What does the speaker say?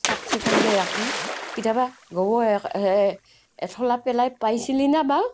চাফচিকুণকৈ ৰাখোঁ কেতিয়াবা গোবৰ এঠলা পেলাই পাইছিলি না বাৰু